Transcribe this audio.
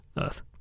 earth